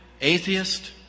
Atheist